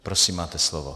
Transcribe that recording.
Prosím, máte slovo.